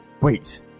Wait